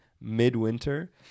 midwinter